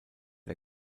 der